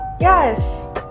Yes